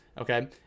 Okay